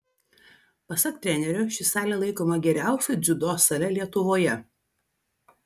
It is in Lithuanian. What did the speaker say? pasak trenerio ši salė laikoma geriausia dziudo sale lietuvoje